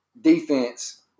defense –